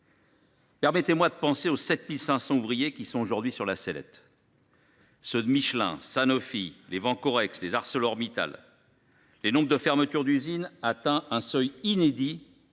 Permettez moi de penser aux 7 500 ouvriers qui sont aujourd’hui sur la sellette : ceux de Michelin, de Sanofi, de Vencorex, d’ArcelorMittal. Le nombre de fermetures d’usines atteint en effet un seuil inédit